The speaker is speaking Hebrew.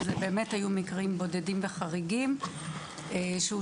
אבל אלו היו באמת מקרים בודדים וחריגים שאושרו